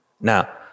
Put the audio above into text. Now